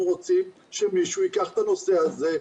אנחנו רוצים שמישהו ייקח את הנושא הזה,